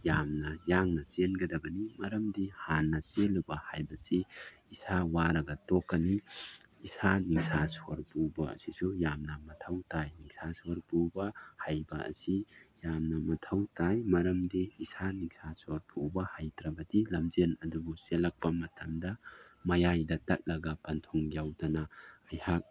ꯌꯥꯝꯅ ꯌꯥꯡꯅ ꯆꯦꯟꯒꯗꯕꯅꯤ ꯃꯔꯝꯗꯤ ꯍꯥꯟꯅ ꯆꯦꯜꯂꯨꯕ ꯍꯥꯏꯕꯁꯤ ꯏꯁꯥ ꯋꯥꯔꯒ ꯇꯣꯛꯀꯅꯤ ꯏꯁꯥ ꯅꯤꯡꯁꯥ ꯁꯣꯔ ꯄꯨꯕ ꯑꯁꯤꯁꯨ ꯌꯥꯝꯅ ꯃꯊꯧ ꯇꯥꯏ ꯅꯤꯡꯁꯥ ꯁꯣꯔ ꯄꯨꯕ ꯍꯩꯕ ꯑꯁꯤ ꯌꯥꯝꯅ ꯃꯊꯧ ꯇꯥꯏ ꯃꯔꯝꯗꯤ ꯏꯁꯥ ꯅꯤꯡꯁꯥ ꯁꯣꯔ ꯄꯨꯕ ꯍꯩꯇ꯭ꯔꯕꯗꯤ ꯂꯝꯖꯦꯜ ꯑꯗꯨꯕꯨ ꯆꯦꯜꯂꯛꯄ ꯃꯇꯝꯗ ꯃꯌꯥꯏꯗ ꯇꯠꯂꯒ ꯄꯟꯊꯨꯡ ꯌꯧꯗꯅ ꯑꯩꯍꯥꯛ